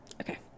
okay